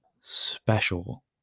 special